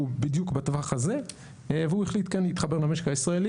הוא בדיוק בטווח הזה והוא החליט כאן להתחבר למשק הישראלי